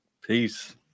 Peace